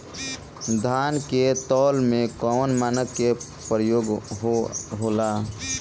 धान के तौल में कवन मानक के प्रयोग हो ला?